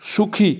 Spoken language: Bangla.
সুখী